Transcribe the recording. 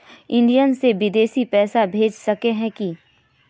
India से बिदेश पैसा भेज सके है की?